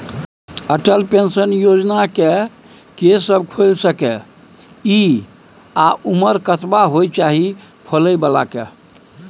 Atal pension Yojana के के सब खोइल सके इ आ उमर कतबा होय चाही खोलै बला के?